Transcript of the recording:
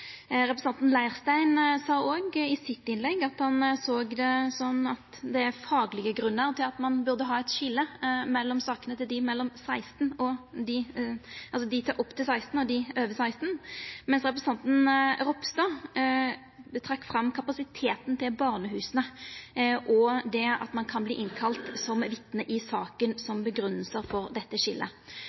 Representanten Leirstein sa òg i sitt innlegg at han såg det sånn at det er faglege grunnar til at ein burda ha eit skilje mellom sakene til dei opptil 16 år og dei over 16 år, mens representanten Ropstad trekte fram kapasiteten til barnehusa og det at ein kan verta innkalla som vitne i saka, som grunngjevingar for dette skiljet.